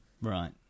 Right